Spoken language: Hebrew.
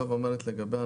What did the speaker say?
היא